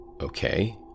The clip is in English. okay